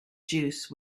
juice